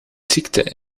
ziekte